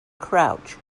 crouch